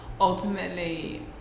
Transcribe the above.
ultimately